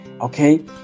okay